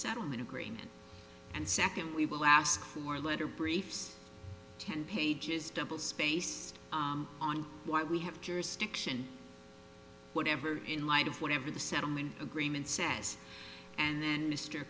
settlement agreement and second we will ask for letter briefs ten pages double space on why we have jurisdiction whatever in light of whatever the settlement agreement says and